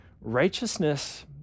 Righteousness